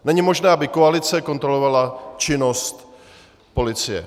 Není možné, aby koalice kontrolovala činnost policie.